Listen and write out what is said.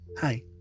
Hi